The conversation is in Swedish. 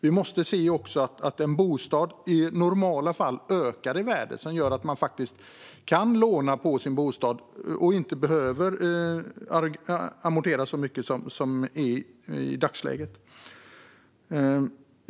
Vi måste se att en bostad i normala fall ökar i värde, vilket gör att man faktiskt kan låna på sin bostad och inte behöver amortera så mycket som i dagsläget.